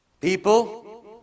people